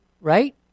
right